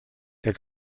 der